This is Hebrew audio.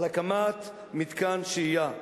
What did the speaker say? על הקמת מתקן שהייה,